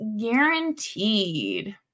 guaranteed